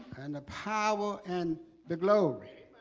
and the power and the glory